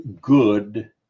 good